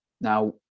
Now